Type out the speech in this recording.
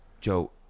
Joe